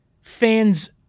fans